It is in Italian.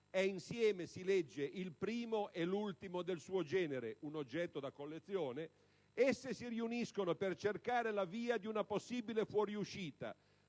(è insieme - si legge - il primo e l'ultimo del suo genere: un oggetto da collezione) esse si riuniscono per cercare la via di una possibile fuoriuscita